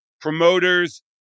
promoters